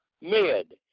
mid